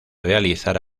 realizar